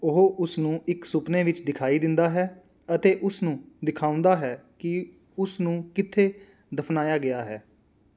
ਉਹ ਉਸ ਨੂੰ ਇੱਕ ਸੁਪਨੇ ਵਿੱਚ ਦਿਖਾਈ ਦਿੰਦਾ ਹੈ ਅਤੇ ਉਸ ਨੂੰ ਦਿਖਾਉਂਦਾ ਹੈ ਕਿ ਉਸ ਨੂੰ ਕਿੱਥੇ ਦਫ਼ਨਾਇਆ ਗਿਆ ਹੈ